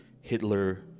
Hitler